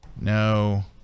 no